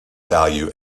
value